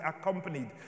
accompanied